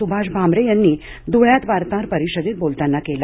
सुभाष भामरे यांनी धुळ्यात वार्ताहर परिषदेत बोलताना केला